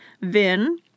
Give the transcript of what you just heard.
Vin